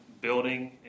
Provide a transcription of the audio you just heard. building